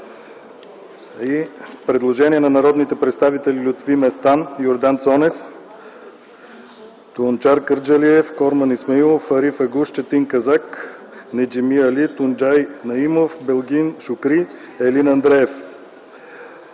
Предложение от народните представители Лютви Местан, Йордан Цонев, Тунчер Кърджалиев, Корман Исмаилов, Ариф Агуш, Четин Казак, Неджми Али, Тунджай Наимов, Белгин Шукри и Елин Андреев